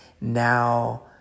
now